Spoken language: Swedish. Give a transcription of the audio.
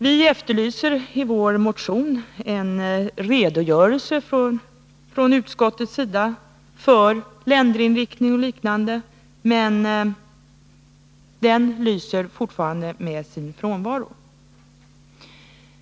Vi efterlyser i vår motion en redogörelse från utskottets sida för länderinriktning och liknande, men den lyser fortfarande med sin frånvaro.